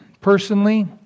personally